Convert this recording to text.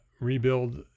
rebuild